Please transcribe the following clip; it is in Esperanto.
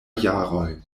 jaroj